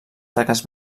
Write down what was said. taques